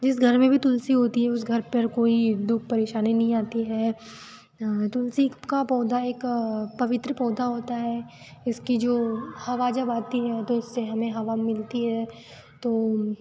जिस घर में भी तुलसी होती है उस घर पर कोई दुख परेशानी नहीं आती है तुलसी का पौधा एक पवित्र पौधा होता है इसकी जो हवा जब आती हैं तो इससे हमें हवा मिलती है तो